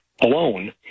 alone